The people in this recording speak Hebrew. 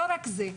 לא רק זה,